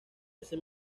ese